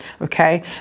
okay